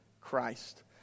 Christ